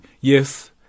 yes